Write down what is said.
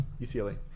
UCLA